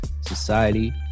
society